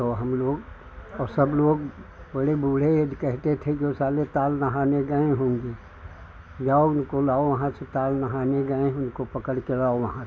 तो हम लोग और सब लोग बड़े बूढ़े यदि कहते थे यह साले ताल नहाने गए होंगे जाओ उनको लाओ उनको लाओ वहाँ से ताल नहाने गए हैं उनको पकड़ कर लाओ वहाँ से